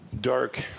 dark